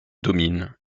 domine